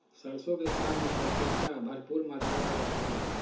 सरसों के साग में पौष्टिकता भरपुर मात्रा में रहा हई